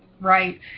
Right